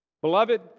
Beloved